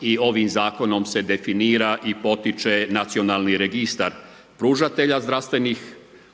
i ovim zakonom se definira i potiče nacionalni registar pružatelja zdravstvenih